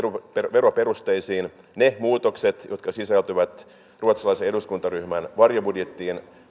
veroperusteisiin ne muutokset jotka sisältyvät ruotsalaisen eduskuntaryhmän varjobudjettiin